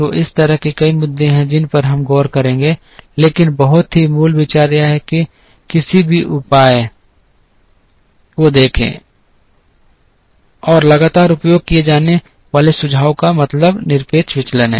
तो इस तरह के कई मुद्दे हैं जिन पर हम गौर कर सकते हैं लेकिन बहुत ही मूल विचार यह है कि किसी एक उपाय को देखें और लगातार उपयोग किए जाने वाले सुझाव का मतलब निरपेक्ष विचलन है